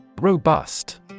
Robust